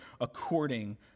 according